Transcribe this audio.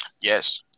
yes